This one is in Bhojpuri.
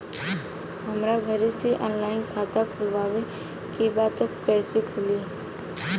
हमरा घरे से ऑनलाइन खाता खोलवावे के बा त कइसे खुली?